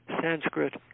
Sanskrit